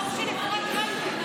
הם רוצים לקבל את עמדת הממשלה.